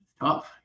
tough